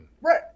Right